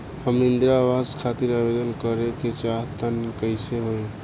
हम इंद्रा आवास खातिर आवेदन करे क चाहऽ तनि कइसे होई?